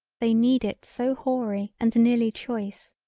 they need it so hoary and nearly choice.